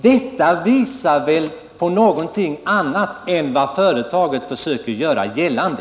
Detta visar väl någonting annat än vad företaget försöker göra gällande.